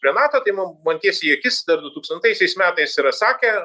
prie nato tai mum man tiesiai į akis dar dutūkstantaisiais metais yra sakę